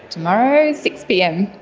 tomorrow six pm.